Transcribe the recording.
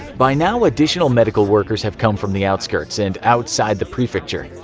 by now additional medical workers have come from the outskirts and outside the prefecture.